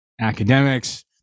academics